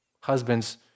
Husbands